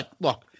look